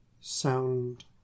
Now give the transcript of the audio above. sound